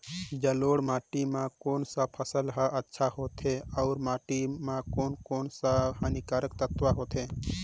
जलोढ़ माटी मां कोन सा फसल ह अच्छा होथे अउर माटी म कोन कोन स हानिकारक तत्व होथे?